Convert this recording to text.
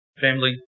family